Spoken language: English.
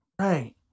Right